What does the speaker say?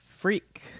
freak